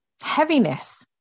heaviness